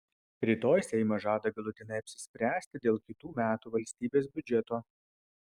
rytoj seimas žada galutinai apsispręsti dėl kitų metų valstybės biudžeto